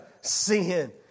sin